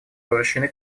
обращены